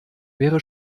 wäre